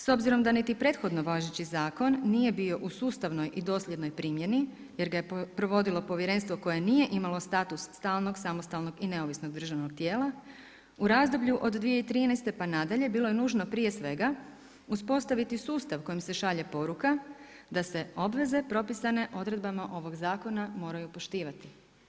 S obzirom da niti prethodno važeći zakon nije bio u sustavnoj i dosljednoj primjeni jer ga je provodilo Povjerenstvo koje nije imalo status stalnog, samostalnog i neovisnog državnog tijela, u razdoblju od 2013. pa nadalje bilo je nužno prije svega uspostaviti sustav kojim se šalje poruka da se obveze propisane odredbama ovog Zakona moraju poštivati.